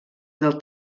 del